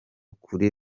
kuri